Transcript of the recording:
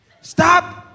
stop